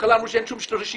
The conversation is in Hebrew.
בהתחלה אמרו שאין שום רשימה,